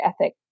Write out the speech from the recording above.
ethic